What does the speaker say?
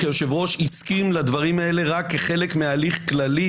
כי היושב-ראש הסכים לדברים האלה רק כחלק מהליך כללי,